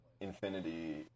infinity